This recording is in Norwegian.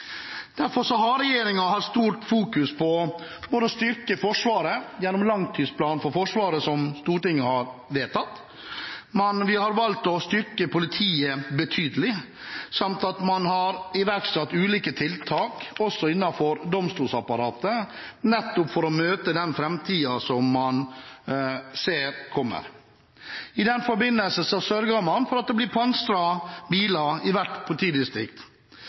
Derfor har regjeringen hatt stort fokus på å styrke Forsvaret, gjennom langtidsplanen for Forsvaret som Stortinget har vedtatt, vi har valgt å styrke politiet betydelig, og man har iverksatt ulike tiltak, også innenfor domstolsapparatet, nettopp for å møte den framtiden som man ser kommer. I den forbindelse sørget man for at det blir pansrede biler i hvert politidistrikt,